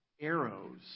arrows